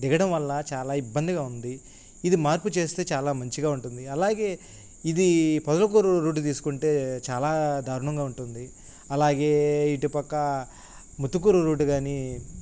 దిగడం వల్ల చాలా ఇబ్బందిగా ఉంది ఇది మార్పు చేస్తే చాలా మంచిగా ఉంటుంది అలాగే ఇది పొదలకూరు రోడ్డు తీసుకుంటే చాలా దారుణంగా ఉంటుంది అలాగే ఇటుపక్క ముతుకూరు రోడ్డు కానీ